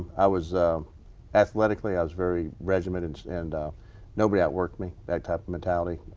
i was athletically i was very regimented and nobody outworked me. that type of mentality.